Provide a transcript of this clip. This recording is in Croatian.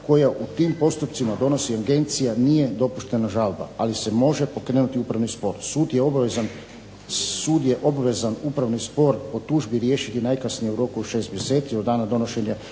koja u tim postupcima donosi Agencija nije dopuštena žalba ali se može pokrenuti upravni spor. Sud je obvezan upravni spor po tužbi riješiti najkasnije u roku od 6 mjeseci od dana donošenja